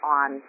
on